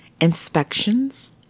inspections